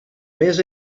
més